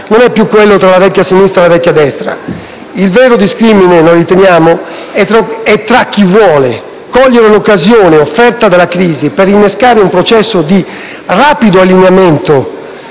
non è più quello tra la vecchia sinistra e la vecchia destra: il vero discrimine è tra chi vuole cogliere l'occasione offerta dalla crisi per innescare un processo di rapido allineamento